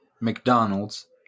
McDonald's